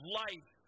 life